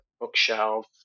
bookshelf